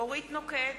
אורית נוקד,